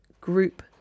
group